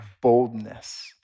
boldness